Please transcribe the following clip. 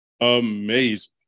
amazing